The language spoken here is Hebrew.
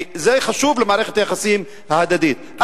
וזה חשוב למערכת היחסים ההדדית.